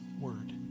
word